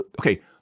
okay